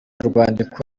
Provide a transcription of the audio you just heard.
rwandiko